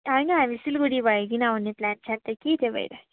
होइन हामी सिलगढी भइकन आउने प्लान छ नि त कि त्यही भएर